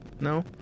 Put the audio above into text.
no